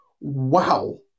Wow